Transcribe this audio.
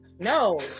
no